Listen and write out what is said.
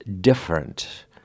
different